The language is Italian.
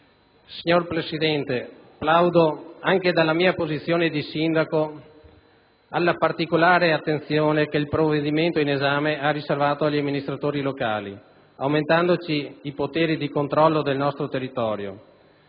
Signor Presidente, plaudo, anche dalla mia posizione di sindaco, alla particolare attenzione che il provvedimento in esame ha riservato agli amministratori locali, aumentando i poteri di controllo del nostro territorio.